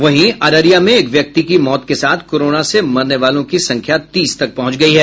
वहीं अररिया में एक व्यक्ति की मौत के साथ कोरोना से मरने वालों की संख्या तीस तक पहुंच गयी है